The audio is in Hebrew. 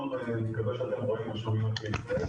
שלום לכם מקווה שאתם רואים ושומעים אותי.